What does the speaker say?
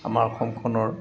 আমাৰ অসমখনৰ